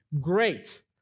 great